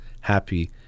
happy